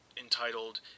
entitled